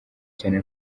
cyane